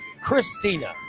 Christina